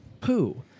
poo